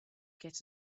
get